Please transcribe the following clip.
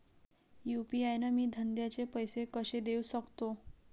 UPI न मी धंद्याचे पैसे कसे देऊ सकतो?